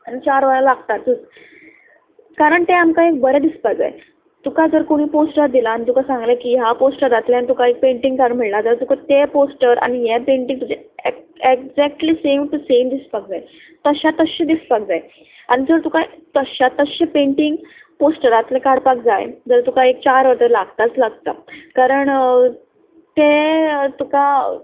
आनी चार वरां लागतातच कारण तें आमकां एक बरें दिसपाक जाय तुका जर कोणें पोस्टर दिलां आनी तुका सांगलें की ह्या पोस्टरांतल्यान तुका एक पेंटींग काड म्हणला तर तुका तें पोस्टर आनी हें पेंटींग तुजें एग्जेटली सेम टू सेम दिसपाक जाय तशाक तशें दिसपाक जाय आनी जर तुका तशाक तश्शें पेंटींग पोस्टरांतलें काडपाक जाय जाल्यार तुका एक चार वरां तरी लागताच लागता कारण तें तुका